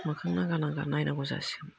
मोखां लांदां लांदां नायनांगौ जासिगोन